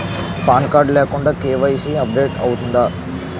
Pan card లేకుండా KYC update అవుతుందా?